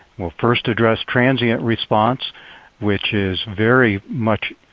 we'll first address transient response which is very much